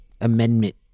Amendment